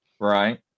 Right